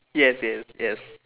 yes yes yes